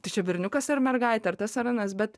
tai čia berniukas ar mergaitė ar tas ar anas bet